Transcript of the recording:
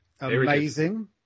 Amazing